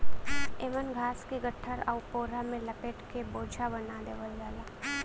एमन घास के गट्ठर आउर पोरा में लपेट के बोझा बना देवल जाला